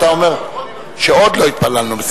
שעוד לא התפללנו.